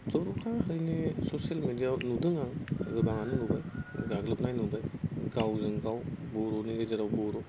जरखा जोंनि ससियेल मिडियाआव नुदों आङो गोबाङानो नुबाय गाग्लोबनाय नुदों गावजों गाव बर'नि गेजेराव बर'